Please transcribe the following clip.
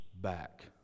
back